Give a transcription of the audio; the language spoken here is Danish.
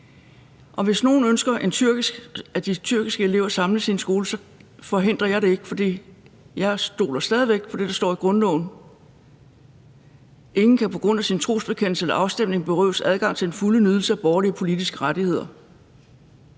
Hvis nogen ønsker, at de tyrkiske elever samles i en skole, så forhindrer jeg det ikke, for jeg stoler stadig væk på det, der står i grundloven: »Ingen kan på grund af sin trosbekendelse eller afstamning berøves adgang til den fulde nydelse af borgerlige og politiske rettigheder«.